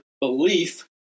belief